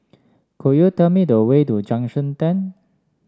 could you tell me the way to Junction Ten